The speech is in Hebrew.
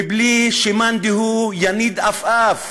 מבלי שמאן דהוא יניד עפעף.